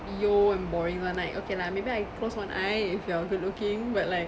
yo and boring one like okay lah maybe I close one eye if you are good looking but like